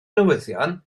newyddion